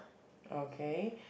okay